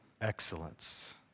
excellence